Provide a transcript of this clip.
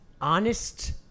honest